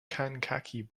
kankakee